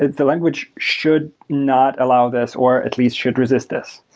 the language should not allow this, or at least should resist this.